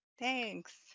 Thanks